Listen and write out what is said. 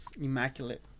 Immaculate